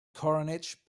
carnage